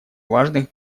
важных